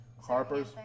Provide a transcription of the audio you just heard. Harpers